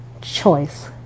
Choice